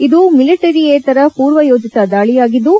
ಇದು ಮಿಲಿಟರಿಯೇತರ ಪೂರ್ವಯೋಜಿತ ದಾಳಿಯಾಗಿದ್ಲು